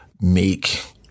make